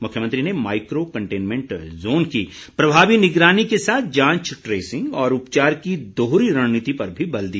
मुख्यमंत्री ने micro containment zone की प्रभावी निगरानी के साथ जांच ट्रेसिंग और उपचार की दोहरी रणनीति पर भी बल दिया